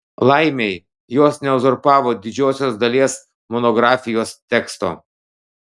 laimei jos neuzurpavo didžiosios dalies monografijos teksto